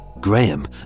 Graham